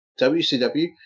WCW